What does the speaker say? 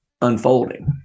unfolding